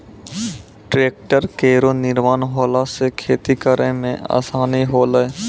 tractor केरो निर्माण होला सँ खेती करै मे आसानी होलै